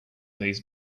these